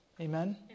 Amen